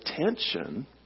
attention